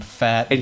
fat